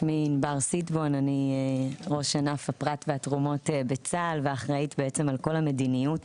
אני ראש ענף הפרט והתרומות בצה"ל ואחראית בעצם על כל המדיניות